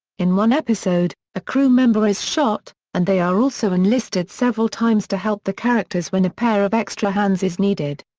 in one episode, a crew member is shot, and they are also enlisted several times to help the characters when a pair of extra hands is needed.